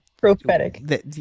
Prophetic